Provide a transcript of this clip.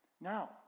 Now